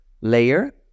layer